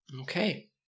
Okay